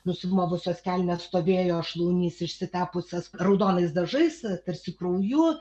nusimovusios kelnes stovėjo šlaunis išsitepusias raudonais dažais tarsi krauju